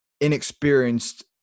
inexperienced